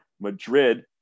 Madrid